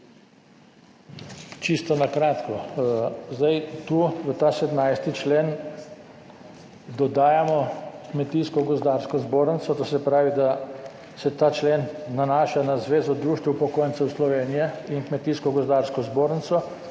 Čisto na kratko. Zdaj tu v ta 17. člen dodajamo Kmetijsko gozdarsko zbornico. To se pravi, da se ta člen nanaša na Zvezo društev upokojencev Slovenije in Kmetijsko gozdarsko zbornico